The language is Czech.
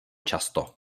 často